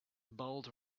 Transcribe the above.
bold